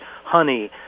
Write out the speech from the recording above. honey